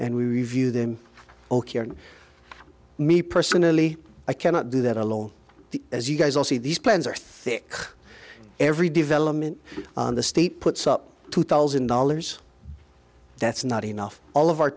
and we review them ok and me personally i cannot do that alone as you guys all see these plans are thick every development in the state puts up two thousand dollars that's not enough all of our